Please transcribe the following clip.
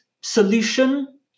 solution